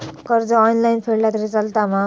कर्ज ऑनलाइन फेडला तरी चलता मा?